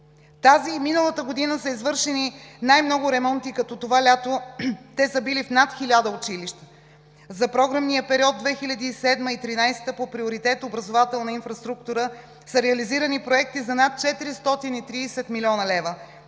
Тази и миналата година са извършени най-много ремонти, като това лято те са били в над хиляда училища. За програмния период 2007 – 2013 г. по приоритет „Образователна инфраструктура“ са реализирани проекти за над 430 млн. лв.,